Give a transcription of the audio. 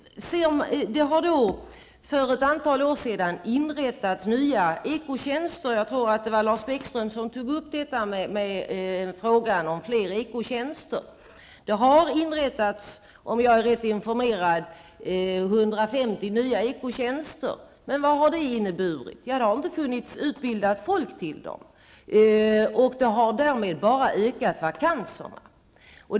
För ett antal år sedan inrättades nya ekotjänster. Jag tror att det var Lars Bäckström som tog upp frågan om fler ekotjänster. Om jag är rätt informerad har det inrättats 150 nya ekotjänster. Men vad har det inneburit? Jo, det har inte funnits utbildade människor för att tillsätta dessa tjänster. Därmed har detta bara lett till att vakanserna har ökat.